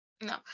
no